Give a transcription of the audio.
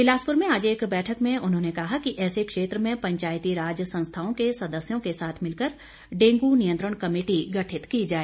बिलासपुर में आज एक बैठक में उन्होंने कहा कि ऐसे क्षेत्र में पंचायती राज संस्थाओं के सदस्यों के साथ मिलकर डेंगू नियंत्रण कमेटी गठित की जाए